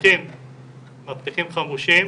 מאבטחים חמושים,